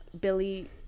Billy